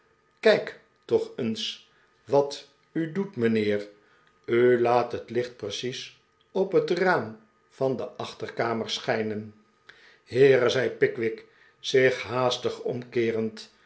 kijk toch eens wat u doet mijnheer u laat het licht precies op het raam van de achterkamer schijnen heere zei pickwick zich haastig omkeerend